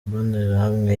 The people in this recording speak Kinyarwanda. mbonerahamwe